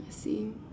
see